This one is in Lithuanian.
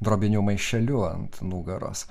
drobiniu maišeliu ant nugaros